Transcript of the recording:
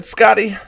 Scotty